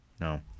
No